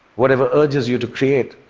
whatever urges you to create,